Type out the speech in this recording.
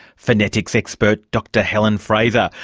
phonetics expert dr helen fraser.